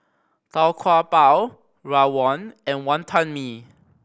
Tau Kwa Pau rawon and Wonton Mee